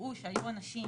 ויראו שהיו אנשים